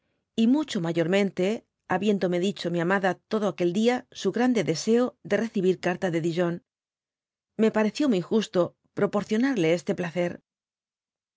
y mucho mayormente habiéndome dicho mi amada todo aquel dia su grande deseo de recibir carta de dijon me pareció muy justo proporcionarle este placer